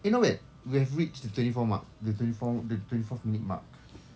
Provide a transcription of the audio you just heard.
eh no wait we have reached twenty four mark the twenty four the twenty fourth minute mark